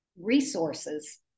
resources